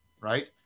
right